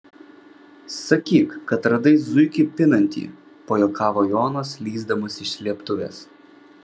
sakyk kad radai zuikį pinantį pajuokavo jonas lįsdamas iš slėptuvės